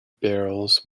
barrels